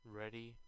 ready